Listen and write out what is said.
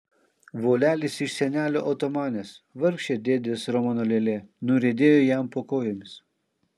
volelis iš senelio otomanės vargšė dėdės romano lėlė nuriedėjo jam po kojomis